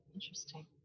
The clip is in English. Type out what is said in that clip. Interesting